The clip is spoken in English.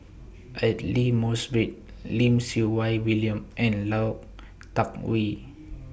Aidli Mosbit Lim Siew Wai William and law Tuck Yew